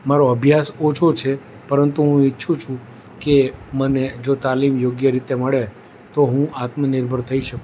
મારો અભ્યાસ ઓછો છે પરંતુ હું ઈચ્છું છું કે મને જો તાલીમ યોગ્ય રીતે મળે તો હું આત્મનિર્ભર થઈ શકું